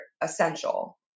essential